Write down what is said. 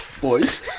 Boys